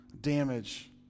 damage